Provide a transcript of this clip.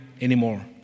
anymore